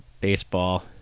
Baseball